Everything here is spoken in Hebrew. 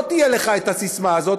לא תהיה לך הססמה הזאת,